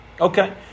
Okay